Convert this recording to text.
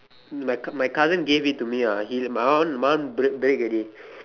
like my cousin gave it to me ah he my one my one break break already